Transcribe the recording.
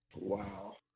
Wow